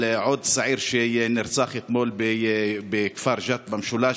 על עוד צעיר שנרצח אתמול בכפר ג'ת במשולש,